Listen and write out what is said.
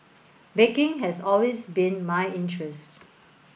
baking has always been my interest